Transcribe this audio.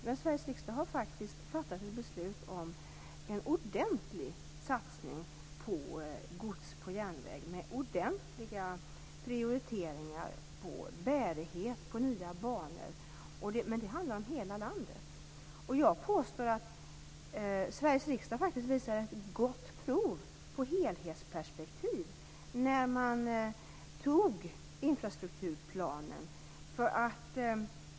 Men Sveriges riksdag har faktiskt fattat ett beslut om en ordentlig satsning på gods på järnväg, med ordentliga prioriteringar av bärighet på nya banor. Men det handlar om hela landet. Jag påstår att Sveriges riksdag faktiskt visade gott prov på helhetsperspektiv när man antog infrastrukturplanen.